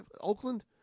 Oakland